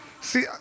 See